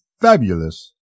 fabulous